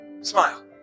Smile